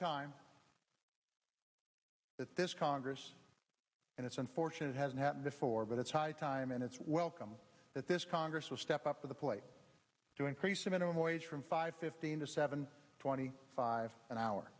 time that this congress and it's unfortunate hasn't happened before but it's high time and it's welcome that this congress will step up to the plate to increase the minimum wage from five fifteen to seven twenty five an hour